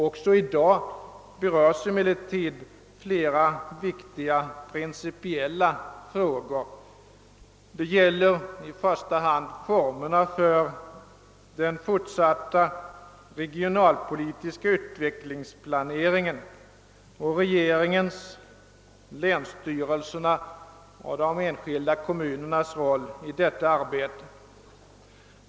Också i dag berörs emellertid flera viktiga principiella frågor. Det gäller i första hand formerna för den fortsatta regionalpolitiska utvecklingsplaneringen och regeringens, länssyrelsernas och de enskilda kommunernas roll i detta arbete.